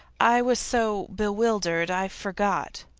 i was so bewildered, i forgot.